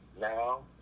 now